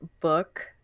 book